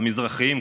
המזרחים,